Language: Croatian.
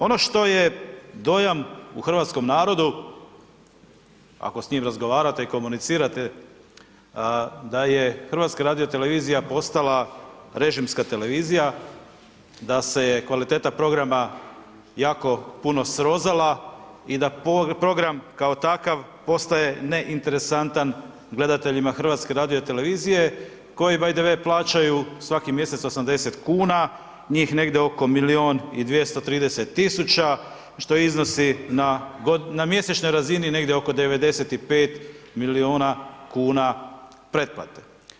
Ono što je dojam u hrvatskom narodu, ako s njim razgovarate i komunicirate, da je HRT postala režimska televizija, da se je kvaliteta programa jako puno srozala i da program kao takav postaje neinteresantan gledateljima HRT-a koji, by the way plaćaju svaki mjesec 80 kuna, njih negdje oko milijun i 230 tisuća, što iznosi na mjesečnoj razini negdje oko 95 milijuna kuna pretplate.